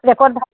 record ভা